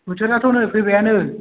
बोथोराथ' नै फैबायानो